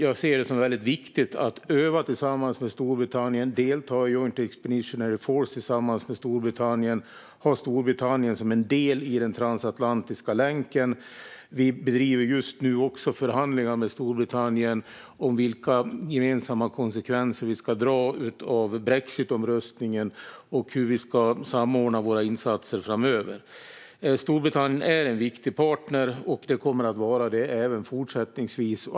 Jag ser det som väldigt viktigt att öva tillsammans med Storbritannien, delta i Joint Expeditionary Force tillsammans med Storbritannien och ha Storbritannien som en del i den transatlantiska länken. Vi bedriver just nu också förhandlingar med Storbritannien om vilka gemensamma slutsatser vi ska dra om konsekvenserna av brexitomröstningen och hur vi ska samordna våra insatser framöver. Storbritannien är en viktig partner och kommer att vara det även fortsättningsvis.